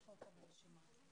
שלום לכולם.